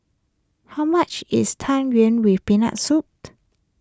how much is Tang Yuen with Peanut Soup